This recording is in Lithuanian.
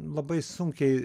labai sunkiai